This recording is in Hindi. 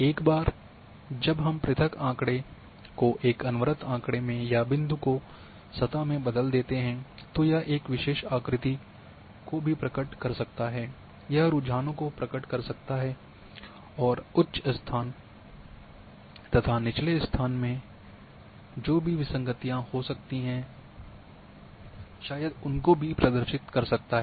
एक बार जब हम एक पृथक आँकड़े को एक अनवरत आँकड़े में या बिंदु को सतह में बदल देते हैं तो यह एक विशेष आकृति को भी प्रकट कर सकता है यह रुझानों को प्रकट कर सकता है और उच्च स्थान तथा निचले स्थान पर जो विसंगतियां हो सकती हैं शायद उनको भी प्रदर्शित कर सकता है